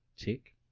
Tick